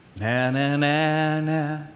na-na-na-na